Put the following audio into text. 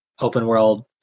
open-world